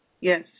Yes